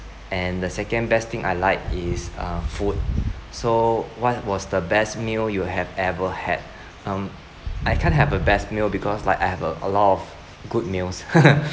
and the second best thing I like is uh food so what was the best meal you have ever had um I can't have a best meal because like I've uh a lot of good meals